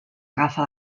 agafa